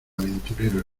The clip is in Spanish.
aventurero